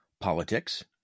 politics